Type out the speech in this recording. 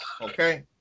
Okay